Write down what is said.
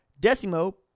Decimo